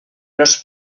los